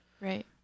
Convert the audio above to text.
Right